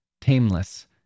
Tameless